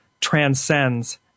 transcends